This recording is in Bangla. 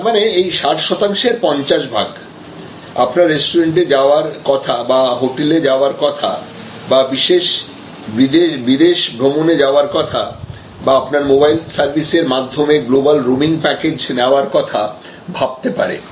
তার মানে এই 60 শতাংশের 50 ভাগ আপনার রেস্টুরেন্টে যাওয়ার কথা বা হোটেলে যাওয়ার কথা বা বিশেষ বিদেশ ভ্রমণে যাওয়ার কথা বা আপনার মোবাইল সার্ভিসের মাধ্যমে গ্লোবাল রোমিং প্যাকেজ নেওয়ার কথা ভাবতে পারে